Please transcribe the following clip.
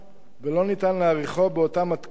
ניתן להאריכו באותה מתכונת,